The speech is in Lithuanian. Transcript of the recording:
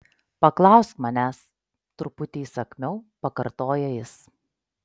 paklausk manęs truputį įsakmiau pakartoja jis